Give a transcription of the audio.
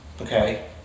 okay